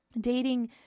Dating